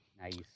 Nice